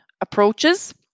approaches